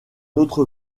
autre